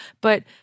But-